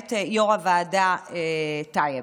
למעט יושב-ראש הוועדה טייב.